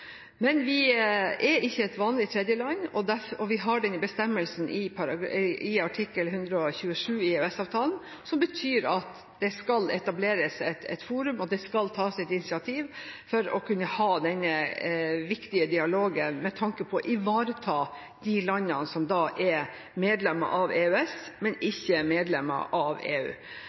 et vanlig tredjeland, og vi har denne bestemmelsen i artikkel 127 i EØS-avtalen som betyr at det skal etableres et forum, og det skal tas et initiativ for å kunne ha denne viktige dialogen med tanke på å ivareta de landene som er medlemmer av EØS, men ikke er medlemmer av EU.